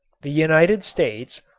the united states,